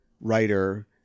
writer